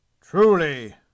Truly